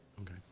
Okay